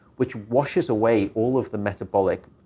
which washes away all of the metabolic